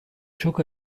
çok